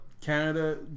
Canada